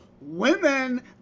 women